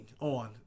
on